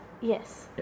Yes